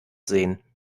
sehen